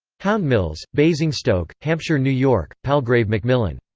houndmills, basingstoke, hampshire new york palgrave macmillan.